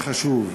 חשוב.